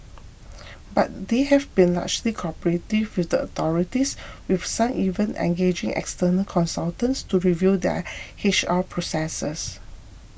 but they have been largely cooperative with the authorities with some even engaging external consultants to review their H R processes